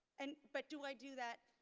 and, but do i do that,